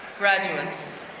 graduates,